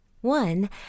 One